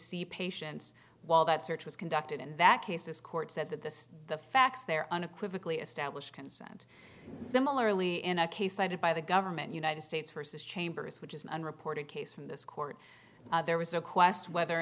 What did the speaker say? see patients while that search was conducted in that case this court said that this the facts there unequivocally established consent similarly in a case cited by the government united states versus chambers which is an unreported case from this court there was a request whether or